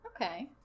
Okay